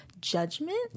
judgment